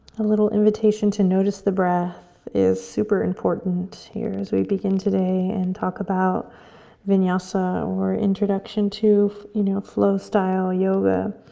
a little invitation to notice the breath is super important here as we begin today and talk about vinyasa, or introduction to you know flow style yoga.